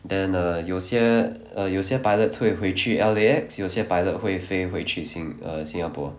then err 有些 err 有些 pilots 会回去 L_A_X 有些 pilot 会飞回去 sing~ err singapore